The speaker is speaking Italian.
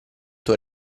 tuo